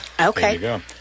Okay